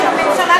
של הממשלה,